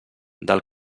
del